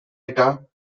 rita